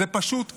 זה פשוט טירוף.